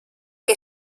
que